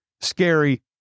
scary